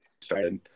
started